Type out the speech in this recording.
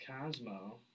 Cosmo